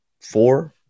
four